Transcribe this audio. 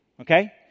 Okay